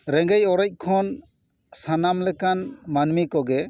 ᱨᱮᱸᱜᱮᱡ ᱚᱨᱮᱡ ᱠᱷᱚᱱ ᱥᱟᱱᱟᱢ ᱞᱮᱠᱟᱱ ᱢᱟᱹᱱᱢᱤ ᱠᱚᱜᱮ